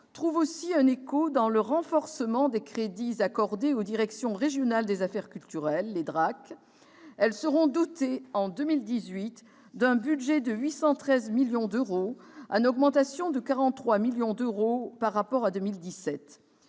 trouve aussi un écho dans le renforcement des crédits accordés aux directions régionales des affaires culturelles, les DRAC. Celles-ci seront dotées, en 2018, d'un budget de 813 millions d'euros, en augmentation de 43 millions d'euros par rapport à 2017.